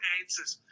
answers